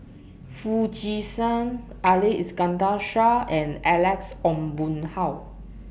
Foo Chee San Ali Iskandar Shah and Alex Ong Boon Hau